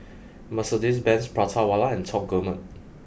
Mercedes Benz Prata Wala and Top Gourmet